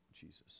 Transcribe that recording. Jesus